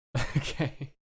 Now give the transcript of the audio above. Okay